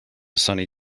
sunny